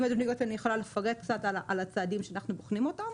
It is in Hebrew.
אם אתה רוצה אני יכולה לפרט קצת על הצעדים שאנחנו בוחנים אותם.